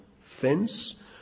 fence